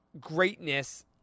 greatness